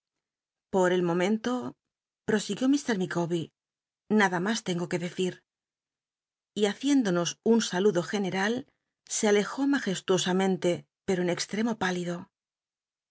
por el momento prosiguió ilr mica'ber nada mas tengo que decir y haciéndono s un nlu do gencjal se alejó majestuosa mente pero en extremo pálido